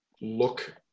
look